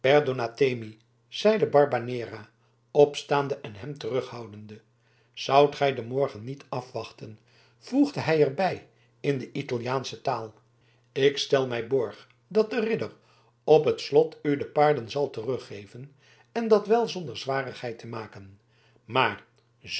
perdonatemi zeide barbanera opstaande en hem terughoudende zoudt gij den morgen niet afwachten voegde hij er bij in de italiaansche taal ik stel mij borg dat de ridder op het slot u de paarden zal teruggeven en dat wel zonder zwarigheid te maken maar